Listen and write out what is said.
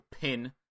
pin